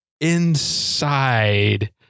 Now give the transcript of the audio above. inside